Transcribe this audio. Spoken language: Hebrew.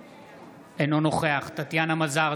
אינו נוכח טטיאנה מזרסקי,